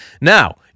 Now